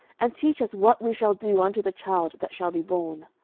and teach us what we shall do unto the child that shall be born.